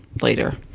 later